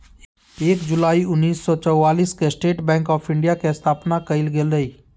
एक जुलाई उन्नीस सौ चौआलिस के स्टेट बैंक आफ़ इंडिया के स्थापना कइल गेलय